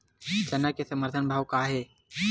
चना के समर्थन भाव का हे?